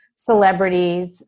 celebrities